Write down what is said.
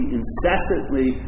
incessantly